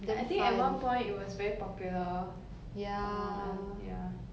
I I think at one point it was very popular or I ya